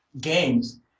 games